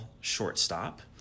shortstop